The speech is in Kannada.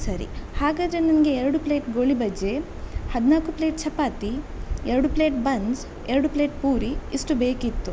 ಸರಿ ಹಾಗಾದರೆ ನನಗೆ ಎರಡು ಪ್ಲೇಟ್ ಗೋಳಿಬಜೆ ಹದಿನಾಲ್ಕು ಪ್ಲೇಟ್ ಚಪಾತಿ ಎರಡು ಪ್ಲೇಟ್ ಬನ್ಸ್ ಎರಡು ಪ್ಲೇಟ್ ಪೂರಿ ಇಷ್ಟು ಬೇಕಿತ್ತು